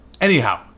anyhow